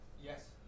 Yes